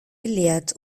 gelehrt